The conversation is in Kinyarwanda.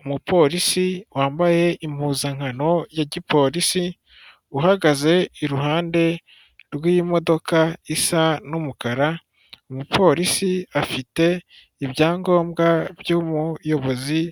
Umupolisi wambaye impuzankano ya gipolisi uhagaze iruhande rw'imodoka isa n'umukara. Umupolisi afite ibyangombwa by'umuyobozi